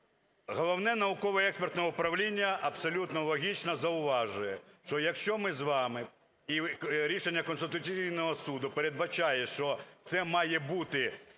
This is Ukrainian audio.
Головне науково-експертне управління абсолютно логічно зауважує, що якщо ми з вами… І рішення Конституційного Суду передбачає, що це має бути